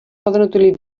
poden